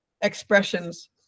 expressions